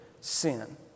sin